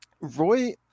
Roy